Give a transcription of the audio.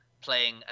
playing